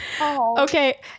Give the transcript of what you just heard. okay